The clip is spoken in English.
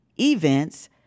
events